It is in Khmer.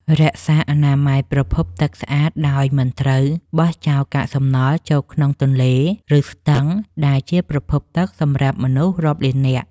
រក្សាអនាម័យប្រភពទឹកស្អាតដោយមិនត្រូវបោះចោលកាកសំណល់ចូលក្នុងទន្លេ ឬ ស្ទឹងដែលជាប្រភពទឹកសម្រាប់មនុស្សរាប់លាននាក់។